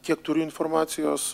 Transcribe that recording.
kiek turiu informacijos